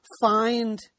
find